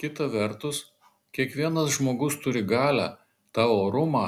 kita vertus kiekvienas žmogus turi galią tą orumą